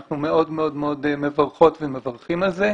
אנחנו מאוד מברכות ומברכים על זה.